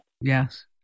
Yes